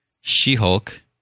She-Hulk